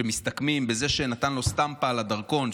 זה מסתכם בזה שנתן לו סטמפה על הדרכון,